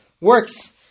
works